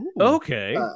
Okay